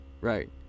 right